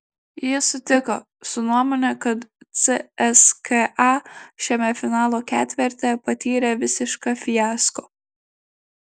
jis sutiko su nuomone kad cska šiame finalo ketverte patyrė visišką fiasko